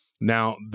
Now